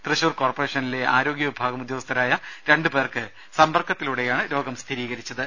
തൃശൂർ കോർപ്പറേഷനിലെ ആരോഗ്യ വിഭാഗം ഉദ്യോഗസ്ഥരായ രണ്ടു പേർക്ക് സമ്പർക്കത്തിലൂടെയാണ് രോഗം സ്ഥിരീകരിച്ചത്